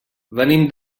venim